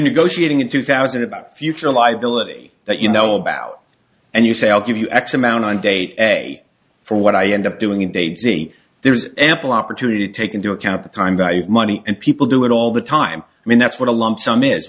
negotiating in two thousand about future liability that you know about and you say i'll give you x amount on date a for what i end up doing they'd see there's ample opportunity to take into account the time value of money and people do it all the time i mean that's what a lump sum is